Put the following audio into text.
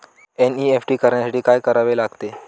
NEFT करण्यासाठी काय करावे लागते?